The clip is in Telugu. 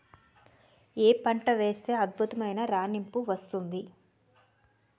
ఏ పంట వేస్తే అద్భుతమైన రాణింపు వస్తుంది?